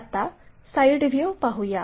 आता side view पाहूया